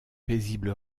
paisible